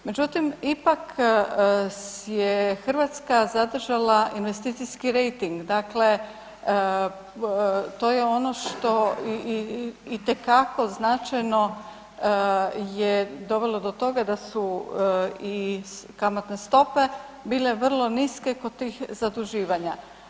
Međutim ipak je Hrvatska zadržala investicijski rejting, dakle to je ono što itekako značajno je dovelo do toga da su i kamatne stope bile vrlo niske kod tih zaduživanja.